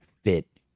fit